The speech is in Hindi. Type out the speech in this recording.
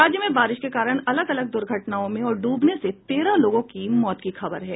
राज्य में बारिश के कारण अलग अलग दुर्घटनाओं में और डूबने से तेरह लोगों की मौत की खबर है